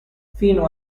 fino